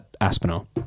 Aspinall